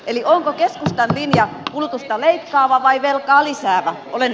eli onko keskustan linja kulutusta leikkaava vai velkaa lisäävä